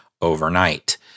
overnight